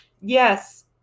yes